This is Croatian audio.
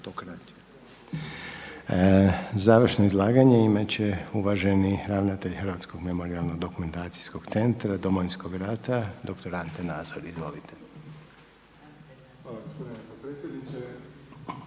Završno izlaganje imati će uvaženi ravnatelj Hrvatskog memorijalno-dokumentacijskog centra Domovinskog rata, dr. Ante Nazor. **Nazor, Ante** Hvala gospodine potpredsjedniče.